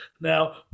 Now